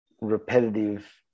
repetitive